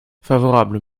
favorable